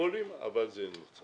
מונופולים אבל זה מה שיש.